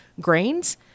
grains